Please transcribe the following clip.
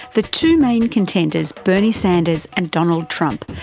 the two main contenders, bernie sanders and donald trump,